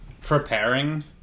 preparing